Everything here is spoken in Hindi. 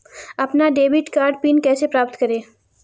अपना डेबिट कार्ड पिन कैसे प्राप्त करें?